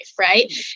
right